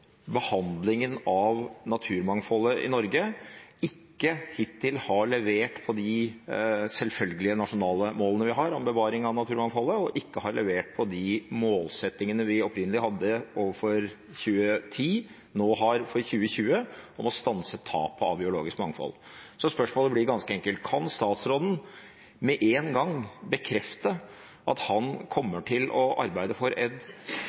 behandlingen av naturmangfoldet i Norge ikke hittil har levert på de nasjonale målene vi har om bevaring av naturmangfoldet, og man har ikke levert på de målsettingene vi opprinnelig hadde for 2010 – og nå har for 2020 – om å stanse tapet av biologisk mangfold. Så spørsmålet blir ganske enkelt: Kan statsråden med en gang bekrefte at han kommer til å arbeide for